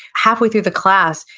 halfway through the class,